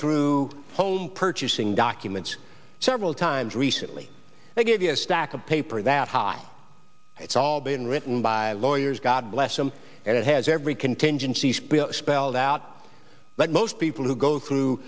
through home purchasing documents several times recently they give you a stack of paper that high it's all been written by lawyers god bless them and it has every contingency spelled out but most people who go through